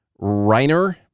Reiner